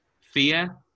fear